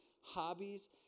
hobbies